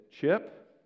Chip